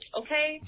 okay